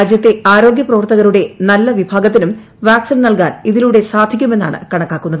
രാജ്യത്തെ ആരോഗ്യപ്രവർത്തകരുടെ നല്ല വിഭ്രാഗ്നത്തിനും വാക്സിൻ നൽകാൻ ഇതിലൂടെ സാധിക്കുമെന്നാണ് കണക്കാക്കുന്നത്